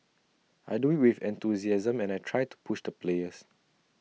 I do IT with enthusiasm and I try to push the players